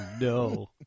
no